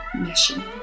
mission